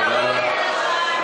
תודה לך.